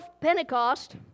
Pentecost